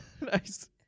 Nice